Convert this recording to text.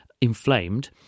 inflamed